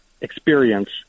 experience